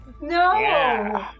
No